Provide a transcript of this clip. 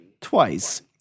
twice